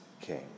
king